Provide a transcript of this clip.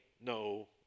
no